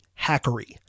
hackery